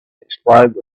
explode